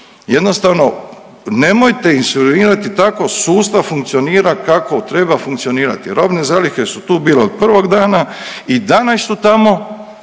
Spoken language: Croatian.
Jednostavno nemojte insinuirati tako sustav funkcionira kako treba funkcionirati. Robne zalihe su tu bile od prvog dana i danas su tamo